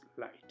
light